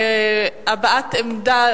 הבעת עמדה.